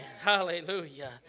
Hallelujah